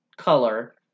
Color